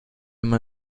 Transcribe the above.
man